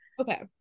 Okay